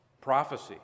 prophecy